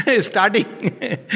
Starting